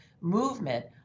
movement